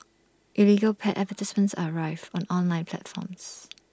illegal pet advertisements are rife on online platforms